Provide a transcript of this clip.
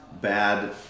bad